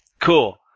cool